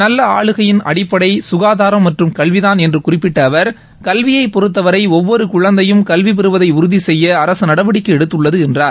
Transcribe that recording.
நல்ல ஆளுகையின் அடிப்படை சுகாதாரம் மற்றும் கல்விதான் என்று குறிப்பிட்ட அவர் கல்வியைப் பொறுத்தவரை ஒவ்வொரு குழந்தையும் கல்வி பெறுவதை உறுதி செய்ய அரசு நடவடிக்கை எடுத்துள்ளது என்றார்